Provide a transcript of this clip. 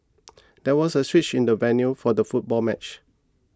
there was a switch in the venue for the football match